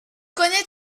connaît